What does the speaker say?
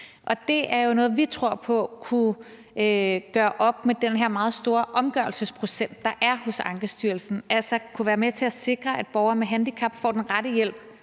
Det er jo noget, som vi tror på kunne gøre op med den meget store omgørelsesprocent, der er hos Ankestyrelsen, og som altså kunne være med til at sikre, at borgere med handicap for den rette hjælp